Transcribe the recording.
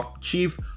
Chief